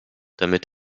damit